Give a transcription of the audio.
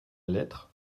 lettre